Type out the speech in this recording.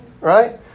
right